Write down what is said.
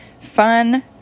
Fun